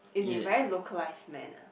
in a very localized manner